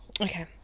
Okay